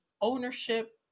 ownership